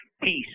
Peace